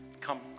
come